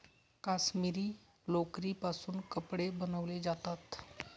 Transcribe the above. काश्मिरी लोकरीपासून कपडे बनवले जातात